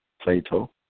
Plato